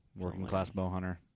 Workingclassbowhunter